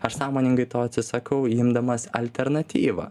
aš sąmoningai to atsisakau imdamas alternatyvą